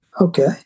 okay